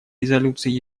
резолюции